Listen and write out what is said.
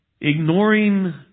Ignoring